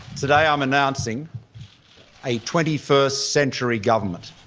today i'm announcing a twenty first century government.